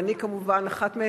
ואני כמובן אחת מהם,